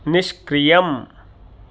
निष्क्रियम्